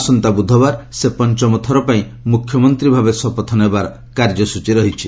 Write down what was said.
ଆସନ୍ତା ବୁଧବାର ସେ ପଞ୍ଚମ ଥରପାଇଁ ମୁଖ୍ୟମନ୍ତ୍ରୀ ଭାବେ ଶପଥ ନେବାର କାର୍ଯ୍ୟସ୍ଟଚୀ ରହିଛି